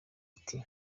ati